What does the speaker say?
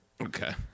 Okay